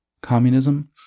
communism